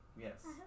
yes